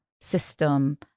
system